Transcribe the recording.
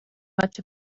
much